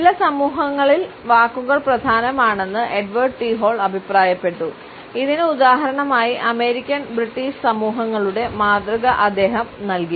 ചില സമൂഹങ്ങളിൽ വാക്കുകൾ പ്രധാനമാണെന്ന് എഡ്വേർഡ് ടി ഹാൾ അഭിപ്രായപ്പെട്ടു ഇതിനു ഉദാഹരണമായി അമേരിക്കൻ ബ്രിട്ടീഷ് സമൂഹങ്ങളുടെ മാതൃക അദ്ദേഹം നൽകി